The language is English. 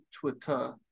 Twitter